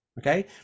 okay